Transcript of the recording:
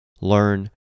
learn